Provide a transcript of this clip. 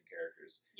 characters